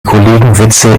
kollegenwitze